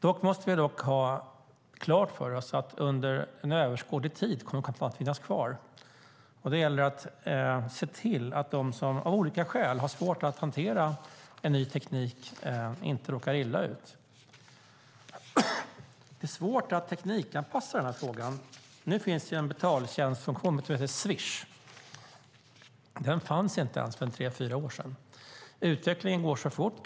Dock måste vi ha klart för oss att under en överskådlig tid kommer kontanthanteringen att finnas kvar. Då gäller det att se till att de som av olika skäl har svårt att hantera en ny teknik inte råkar illa ut. Det är svårt att teknikanpassa detta. Nu har det kommit en betaltjänst som heter Swish. Den fanns inte för tre fyra år sedan. Utvecklingen går så fort.